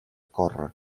córrer